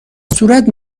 صورت